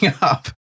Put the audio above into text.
up